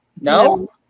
No